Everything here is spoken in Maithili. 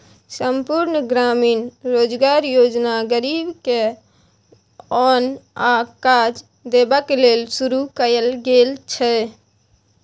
संपुर्ण ग्रामीण रोजगार योजना गरीब के ओन आ काज देबाक लेल शुरू कएल गेल छै